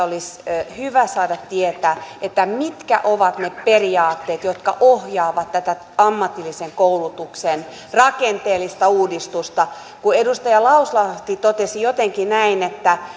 olisi hyvä saada tietää mitkä ovat ne periaatteet jotka ohjaavat tätä ammatillisen koulutuksen rakenteellista uudistusta kun edustaja lauslahti totesi jotenkin näin että